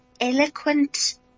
eloquent